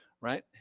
right